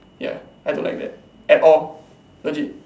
ya I don't like that at all legit